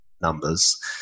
numbers